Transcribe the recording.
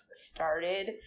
started